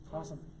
Awesome